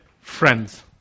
friends